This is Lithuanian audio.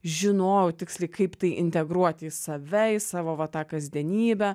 žinojau tiksliai kaip tai integruoti į save į savo va tą kasdienybę